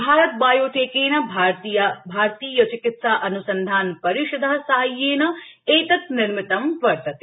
भारत बायोटेकेन भारतीय चिकित्सा अन्संधान परिषद साहाय्येन एतत् निर्मितं वर्तते